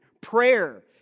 prayer